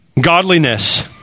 Godliness